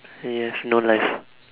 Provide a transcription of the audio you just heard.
you have no life